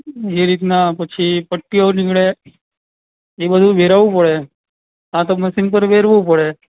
જે રીતના પછી પટીઓ નીકળે એ બધુ વેરવવું પડે આ તો મશીન પર વેરવું પડે